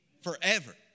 forever